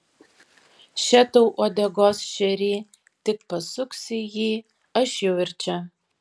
še tau uodegos šerį tik pasuksi jį aš jau ir čia